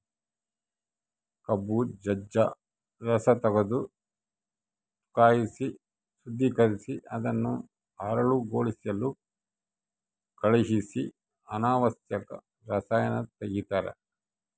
ಕಬ್ಬು ಜಜ್ಜ ರಸತೆಗೆದು ಕಾಯಿಸಿ ಶುದ್ದೀಕರಿಸಿ ಅದನ್ನು ಹರಳುಗೊಳಿಸಲು ಕಳಿಹಿಸಿ ಅನಾವಶ್ಯಕ ರಸಾಯನ ತೆಗಿತಾರ